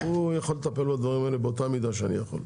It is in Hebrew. הוא יכול לטפל בדברים האלה באותה מידה שאני יכול.